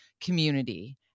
community